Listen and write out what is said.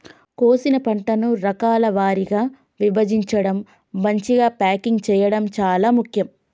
కోసిన పంటను రకాల వారీగా విభజించడం, మంచిగ ప్యాకింగ్ చేయడం చాలా ముఖ్యం